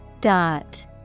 Dot